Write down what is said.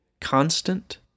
Constant